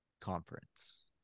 Conference